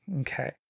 okay